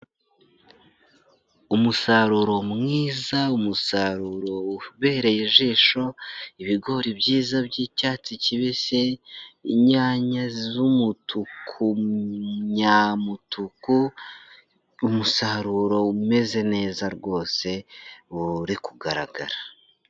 Umusaruro mwiza, umusaruro ubereye ijisho, ibigori byiza by'icyatsi kibisi, inyanya z'umutuku nyamutuku, umusaruro umeze neza rwose, uri kugaragara.